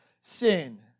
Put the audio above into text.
sin